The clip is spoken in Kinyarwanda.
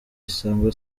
isango